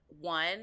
one